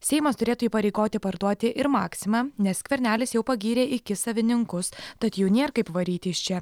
seimas turėtų įpareigoti parduoti ir maximą nes skvernelis jau pagyrė iki savininkus tad jų nėr kaip varyti iš čia